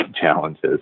challenges